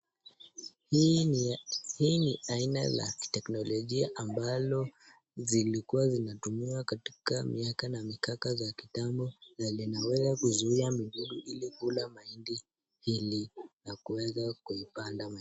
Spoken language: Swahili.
Hii ni aina la kiteknolojia ambalo zilikuwa zinatumiwa katika miaka na mikaka za kitambo na linaweza kuzuia midudu ili kula mahindi ili kueza kuipanda.